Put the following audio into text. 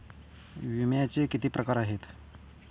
विम्याचे किती प्रकार आहेत?